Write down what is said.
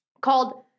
called